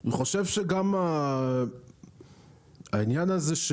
אני חושב שגם העניין הזה,